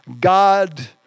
God